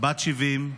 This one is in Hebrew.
בת 70,